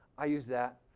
i use that.